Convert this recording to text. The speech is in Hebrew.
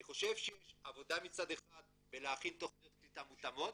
אני חושב שיש עבודה מצד אחד בלהכין תכניות קליטה מותאמות,